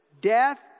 death